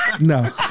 No